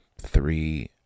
three